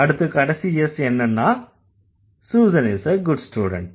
அடுத்து கடைசி S என்னன்னா Susan is a good student